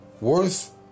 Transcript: worth